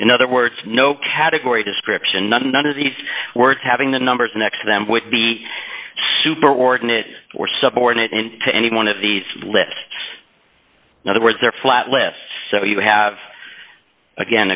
in other words no category description and none of these words having the numbers next to them would be superordinate or subordinate and to any one of these lists in other words they're flat lists so you have again